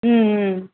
ம் ம்